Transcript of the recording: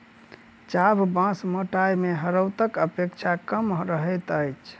चाभ बाँस मोटाइ मे हरोथक अपेक्षा कम रहैत अछि